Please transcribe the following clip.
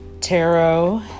tarot